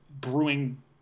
brewing